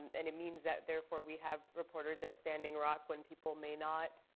and it means that, therefore, we have reporters at standing rock when people may not.